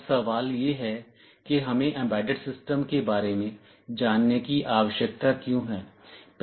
अब सवाल यह है कि हमें एम्बेडेड सिस्टम के बारे में जानने की आवश्यकता क्यों है